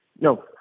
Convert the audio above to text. No